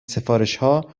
سفارشها